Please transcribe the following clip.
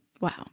Wow